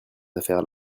affaire